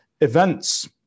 events